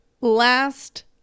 last